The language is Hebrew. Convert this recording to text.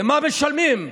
למה משלמים,